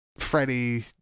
Freddie